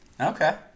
Okay